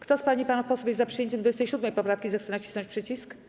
Kto z pań i panów posłów jest za przyjęciem 27. poprawki, zechce nacisnąć przycisk.